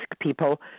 people